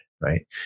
right